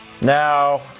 Now